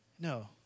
No